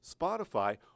Spotify